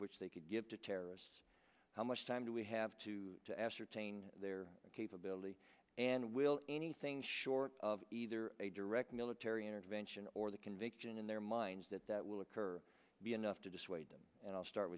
which they could give to terrorists how much time do we have to to ascertain their capability and we'll anything short of either a direct military intervention or the conviction in their minds that that will occur be enough to dissuade them and i'll start